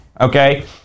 okay